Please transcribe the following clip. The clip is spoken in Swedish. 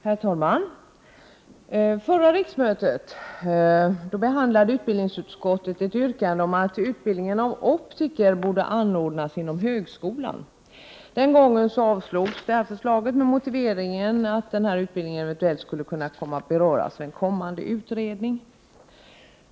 Herr talman! Förra riksmötet behandlade utbildningsutskottet ett yrkande om att utbildningen av optiker borde anordnas inom högskolan. Den gången avslogs yrkandet med motiveringen att utbildningen eventuellt skulle komma att beröras av en kommande utredning.